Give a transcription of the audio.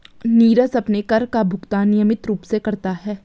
नीरज अपने कर का भुगतान नियमित रूप से करता है